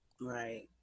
Right